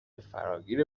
فراگیر